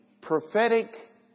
prophetic